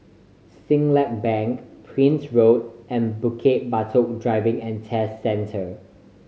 Siglap Bank Prince Road and Bukit Batok Driving and Test Centre